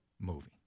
movie